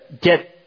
get